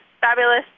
fabulous